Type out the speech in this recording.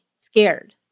scared